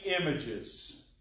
images